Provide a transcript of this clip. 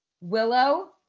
willow